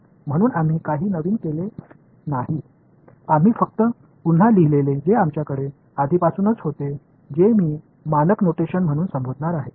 म्हणून आम्ही काही नवीन केले नाही आम्ही फक्त पुन्हा लिहिले जे आमच्याकडे आधीपासूनच होते जे मी मानक नोटेशन म्हणून संबोधणार आहे